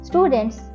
Students